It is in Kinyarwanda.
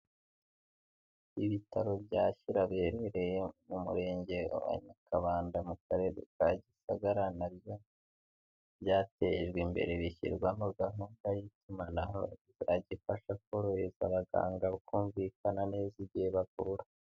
Ibitaro bya Shyira biherereye mu murenge wa Nyakabanda, mu karere ka Gisagara, nabyo byatejwe imbere bishyirwamo gahunda y'itumanaho izajya ifasha korohereza abaganga bakumvikana neza igihe bavura.